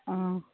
অঁ